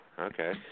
okay